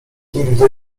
nigdy